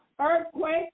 earthquake